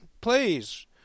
Please